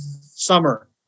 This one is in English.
summer